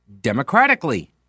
democratically